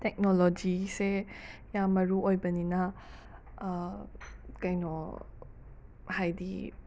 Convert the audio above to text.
ꯇꯣꯛꯅꯣꯂꯣꯖꯤꯁꯦ ꯌꯥꯝ ꯃꯔꯨ ꯑꯣꯏꯕꯅꯤꯅ ꯀꯩꯅꯣ ꯍꯥꯏꯗꯤ